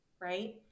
right